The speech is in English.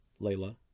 Layla